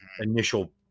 initial